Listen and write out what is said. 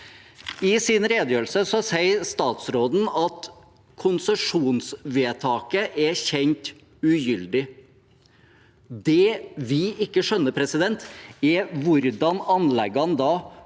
I sin redegjørelse sier statsråden at konsesjonsvedtaket er kjent ugyldig. Det vi ikke skjønner, er hvordan anleggene da